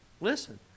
Listen